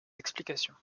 explications